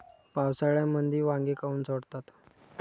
पावसाळ्यामंदी वांगे काऊन सडतात?